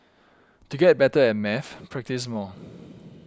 to get better at maths practise more